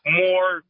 more